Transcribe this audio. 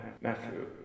Matthew